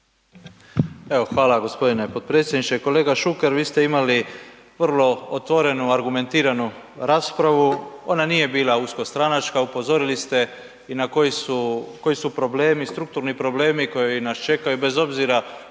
hvala gospodine potpredsjedniče. Kolega Šuker vi ste imali vrlo otvorenu, argumentiranu raspravu, ona nije bila uskostranačka, upozorili ste i na koji su, koji su problemi, strukturni problemi koji nas čekaju tko je na